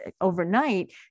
overnight